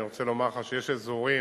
אני רוצה לומר לך שיש אזורים,